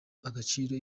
agaciro